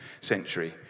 century